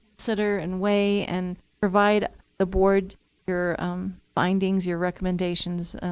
consider and weigh and provide the board your findings, your recommendations.